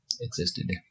existed